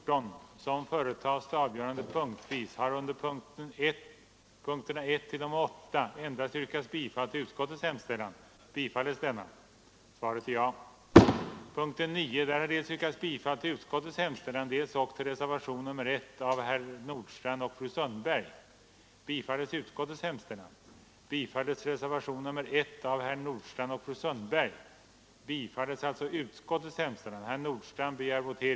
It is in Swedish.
2. som sin mening ge Kungl. Maj:t till känna vad utskottet anfört beträffande en utvidgning av SJ:s rabattförmåner,